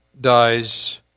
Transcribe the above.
dies